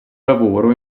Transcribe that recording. lavoro